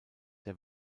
der